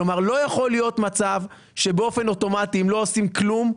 כלומר לא יכול להיות מצב שבאופן אוטומטי אם לא עושים כלום,